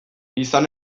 izan